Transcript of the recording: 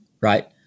right